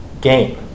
game